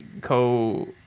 co